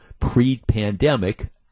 pre-pandemic